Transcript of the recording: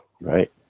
right